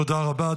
תודה רבה.